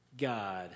God